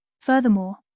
Furthermore